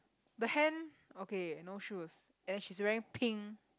the hand okay no shoes and she's wearing pink